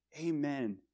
Amen